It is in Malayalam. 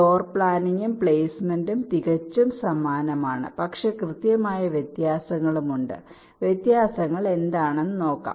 ഫ്ലോർ പ്ലാനിംഗും പ്ലെയ്സ്മെന്റും തികച്ചും സമാനമാണ് പക്ഷേ കൃത്യമായ വ്യത്യാസങ്ങളും ഉണ്ട് വ്യത്യാസങ്ങൾ എന്താണെന്ന് നോക്കാം